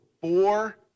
four